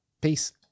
Peace